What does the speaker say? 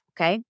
okay